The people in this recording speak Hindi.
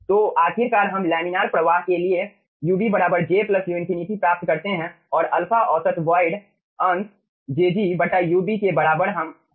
तो आखिरकार हम लामिनार प्रवाह के लिए ub j u∞ प्राप्त करते हैं और α औसत वॉयड अंश jg ub के बराबर है